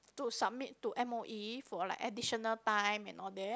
to submit to M_O_E for like additional time and all that